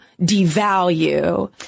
devalue